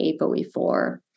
ApoE4